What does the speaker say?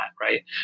Right